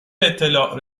اطلاع